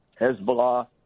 Hezbollah